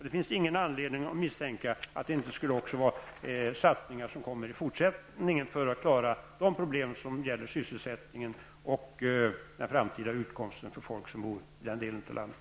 Det finns ingen anledning att misstänka att det inte också skulle vara satsningar som kan göras i fortsättningen för att klara de problem som gäller sysselsättningen och den framtida utkomsten för människor som bor i den delen av landet.